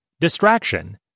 distraction